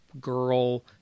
girl